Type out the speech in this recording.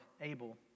Abel